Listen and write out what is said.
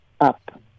up